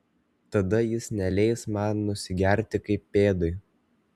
tada jis neleis man nusigerti kaip pėdui